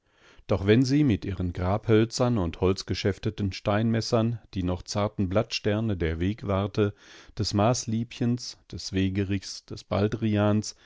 doch wenn sie mit ihren grabhölzern und holzgeschäfteten steinmessern die noch zarten blattsterne der wegwarte des maßliebchens des wegerichs des